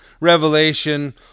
revelation